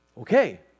okay